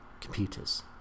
computers